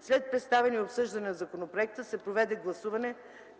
След представяне и обсъждане на законопроекта се проведе гласуване,